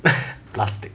plastic